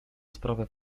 sprawę